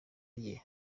rye